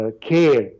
care